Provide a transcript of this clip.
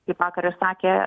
kaip vakar ir sakė